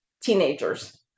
teenagers